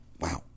wow